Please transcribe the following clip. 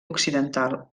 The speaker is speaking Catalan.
occidental